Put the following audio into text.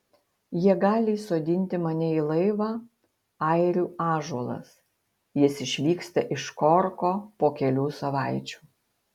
jie gali įsodinti mane į laivą airių ąžuolas jis išvyksta iš korko po kelių savaičių